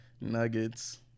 Nuggets